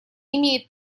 имеет